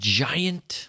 giant